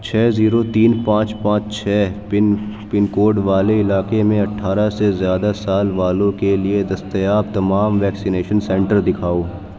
چھ زیرو تین پانچ پانچ چھ پن پن کوڈ والے علاقے میں اٹھارہ سے زیادہ سال والوں کے لیے دستیاب تمام ویکسینیشن سینٹر دکھاؤ